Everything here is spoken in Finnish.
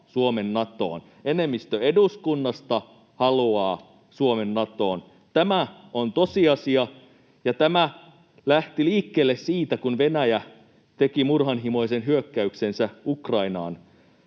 Suomen Natoon, enemmistö eduskunnasta haluaa Suomen Natoon. Tämä on tosiasia, ja tämä lähti liikkeelle siitä, kun Venäjä teki murhanhimoisen hyökkäyksensä Ukrainaan